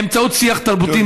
באמצעות שיח תרבותי,